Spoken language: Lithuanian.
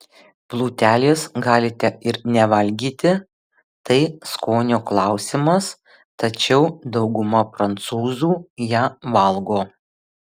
plutelės galite ir nevalgyti tai skonio klausimas tačiau dauguma prancūzų ją valgo